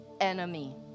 enemy